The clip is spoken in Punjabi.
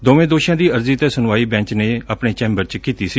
ਦੋਵੇਂ ਦੋਸ਼ੀਆਂ ਦੀ ਅਰਜ਼ੀ ਤੇ ਸੁਣਵਾਈ ਬੈਚ ਨੇ ਚੈਬਰ ਚ ਕੀਤੀ ਸੀ